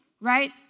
right